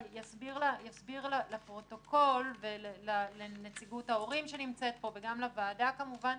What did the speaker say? יסביר לפרוטוקול ולנציגות ההורים שנמצאת פה וגם לוועדה כמובן,